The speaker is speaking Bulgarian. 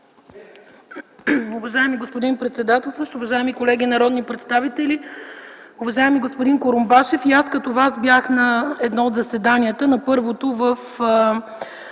Уважаеми господин председателстващ, уважаеми колеги народни представители, уважаеми господин Курумбашев! И аз като Вас бях на първото от заседанията в постоянната